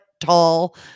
tall